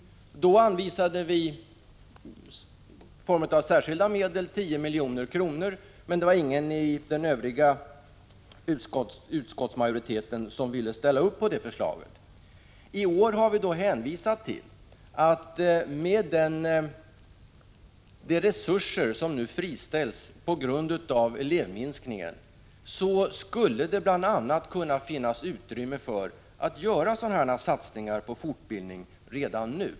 Vi föreslog då att man skulle anvisa 10 milj.kr. i form av särskilda medel. För detta förslag fanns det emellertid inte någon majoritet i utskottet. I år menar vi att det redan nu, då resurser friställs på grund av elevminskningen, finns utrymme för att satsa på fortbildning.